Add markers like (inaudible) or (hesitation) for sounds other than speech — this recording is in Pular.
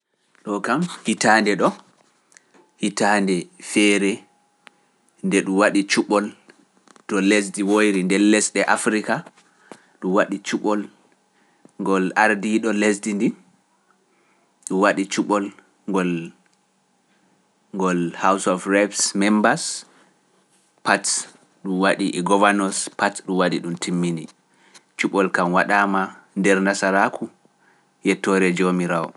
(hesitation) Ɗoo kam hitaande ɗo, hitaande feere nde ɗum waɗi cuɓol to lesdi woyri nder lesɗe Afrika, ɗum waɗi cuɓol ngol ardiiɗo lesdi ndi, ɗum waɗi cuɓol ngol house of rebs membas, pats ɗum waɗi e govanos, Pats ɗum waɗi ɗum timmini cuɓol kam waɗaama nder Nasaraaku yettoore Joomiraawo.